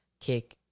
kick—